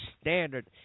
standard